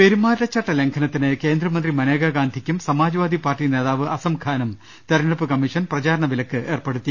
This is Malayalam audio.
പെരുമാറ്റച്ചട്ട ലംഘനത്തിന് കേന്ദ്രമന്ത്രി മനേകാ ഗാന്ധിക്കും സമാജ്വാദി പാർട്ടി നേതാവ് അസംഖാനും തെരഞ്ഞെടുപ്പ് കമ്മീഷൻ പ്രചാരണ വിലക്കേർപ്പെടുത്തി